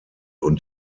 und